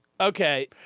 Okay